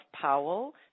powell